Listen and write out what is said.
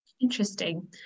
Interesting